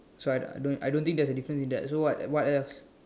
so I don't I don't think there's a difference in that so what else